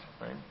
right